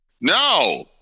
no